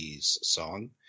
song